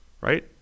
right